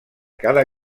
cada